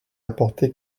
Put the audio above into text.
apporter